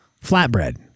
flatbread